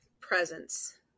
presence